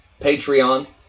Patreon